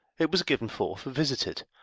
it was given forth, visited,